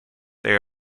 they